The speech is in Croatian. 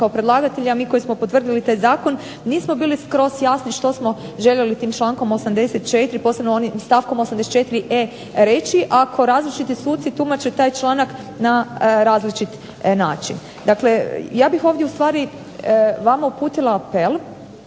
kao predlagatelj, a mi koji smo potvrdili taj zakon nismo bili skroz jasni što smo željeli tim člankom 84. posebno onim, stavkom 84.e reći, ako različiti suci tumače taj članak na različit način. Dakle ja bih ovdje ustvari vama uputila apel,